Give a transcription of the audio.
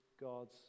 God's